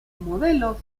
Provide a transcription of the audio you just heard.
modelos